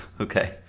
Okay